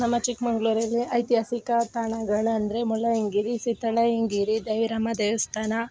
ನಮ್ಮ ಚಿಕ್ಕಮಂಗ್ಳೂರಲ್ಲಿ ಐತಿಹಾಸಿಕ ತಾಣಗಳಂದರೆ ಮುಳ್ಳಯ್ಯನಗಿರಿ ಸಿದ್ದಣ್ಣಯನಗಿರಿ ದೇವಿರಮ್ಮ ದೇವಸ್ಥಾನ